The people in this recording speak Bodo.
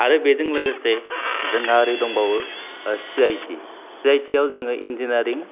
आरो बेजों लोगोसे जोंहा ओरै दंबावो सिआइटि सिआइटि आव जोङो इन्जिनियारिं